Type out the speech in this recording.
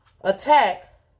Attack